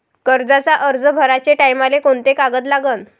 कर्जाचा अर्ज भराचे टायमाले कोंते कागद लागन?